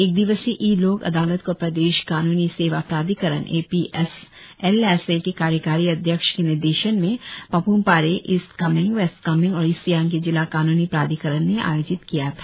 एक दिवसीय ई लोक अदालत को प्रदेश कानूनी सेवा प्राधिकरण A P S L S A के कार्यकारी अध्यक्ष के निदेशन में पाप्म पारे ईस्ट कामेंग वेस्ट कामेंग और ईस्ट सियांग के जिला कानूनी प्राधिकरण ने आयोजित किया था